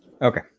Okay